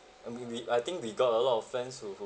and we we I think we got a lot of friends who who